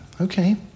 Okay